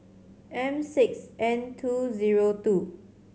M six N T zero two